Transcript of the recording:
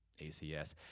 ACS